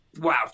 wow